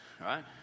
right